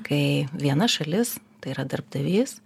kai viena šalis tai yra darbdavys